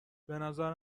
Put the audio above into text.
بنظر